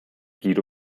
guido